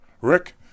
Rick